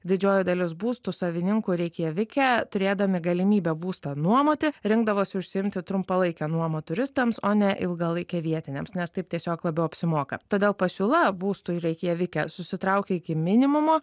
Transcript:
didžioji dalis būstų savininkų reikjavike turėdami galimybę būstą nuomoti rinkdavosi užsiimti trumpalaike nuoma turistams o ne ilgalaike vietiniams nes taip tiesiog labiau apsimoka todėl pasiūla būstų reikjavike susitraukė iki minimumo